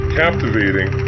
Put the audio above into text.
captivating